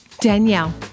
Danielle